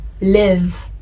live